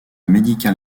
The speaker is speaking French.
médical